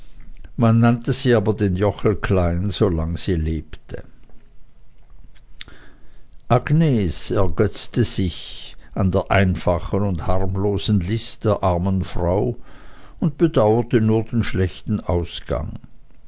man nannte sie aber den jochel klein solang sie lebte agnes ergötzte sich an der einfachen und harmlosen list der armen frau und bedauerte nur den schlechten ausgang